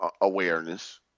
awareness